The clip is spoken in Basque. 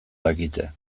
dakite